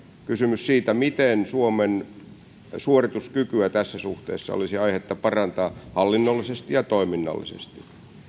kysymys siitä miten suomen suorituskykyä tässä suhteessa olisi aihetta parantaa hallinnollisesti ja toiminnallisesti